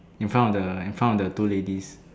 in front of the in front of the two ladies